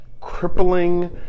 crippling